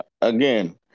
again